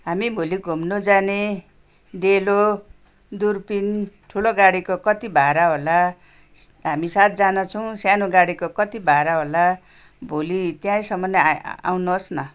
हामी भोलि घुम्नु जाने डेलो दुर्बिन ठुलो गाडीको कति भाडा होला हामी सातजना छौँ सानो गाडीको कति भाडा होला भोलि त्यहीसम्म आउनुहोस् न